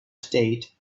state